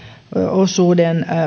osuus